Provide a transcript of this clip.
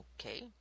Okay